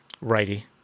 righty